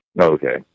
Okay